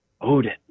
Odin